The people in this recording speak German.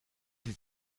sie